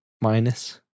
minus